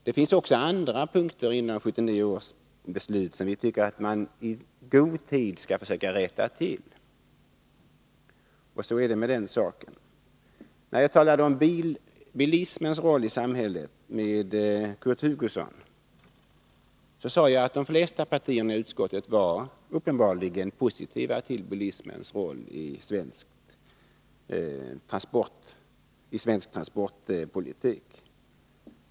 Det finns också andra punkter i 1979 års beslut som vi tycker att man i god tid skall försöka rätta till. Så är det med den saken. När jag talade om bilismens roll i samhället med Kurt Hugosson, sade jag att de flesta partierna i utskottet uppenbarligen var positiva till bilismens roll i svensk transportpolitik.